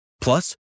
Plus